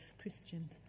Christian